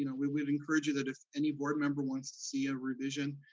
you know we we would encourage you that if any board member wants to see a revision,